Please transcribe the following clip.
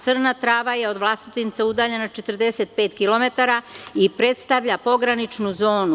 Crna Trava je od Vlasotinca udaljena 45 km i predstavlja pograničnu zonu.